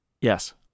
Yes